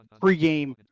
pregame